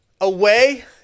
Away